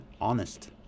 honest